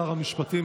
שר המשפטים,